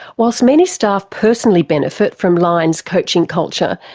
whilst many staff personally benefit from lion's coaching culture,